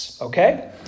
Okay